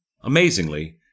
Amazingly